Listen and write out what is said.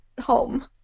home